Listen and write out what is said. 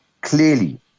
clearly